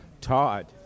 Todd